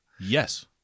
Yes